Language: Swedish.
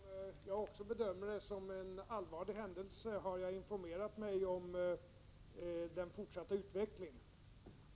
Herr talman! Eftersom också jag bedömer detta som en allvarlig händelse har jag informerat mig om den fortsatta utvecklingen.